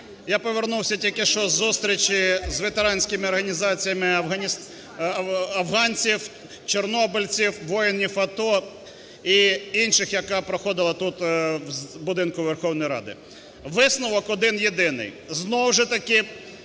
я повернувся тільки що із зустріч з ветеранськими організаціями афганців, чорнобильців, воїнів АТО і інших, яка проходила тут в будинку Верховної Ради. Висновок один-єдиний, знов же таки